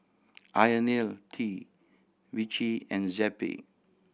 Ionil T Vichy and Zappy